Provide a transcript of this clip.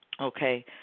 Okay